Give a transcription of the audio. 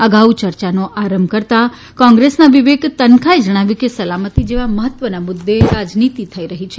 અગાઉ યર્યાનો આરંભ કરતાં કોંગ્રેસના વિવેક તનખાએ જણાવ્યું કે સલામતી જેવા મહત્વના મુદ્દે રાજનીતિ થઇ રહી છે